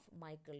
Michael